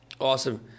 Awesome